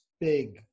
big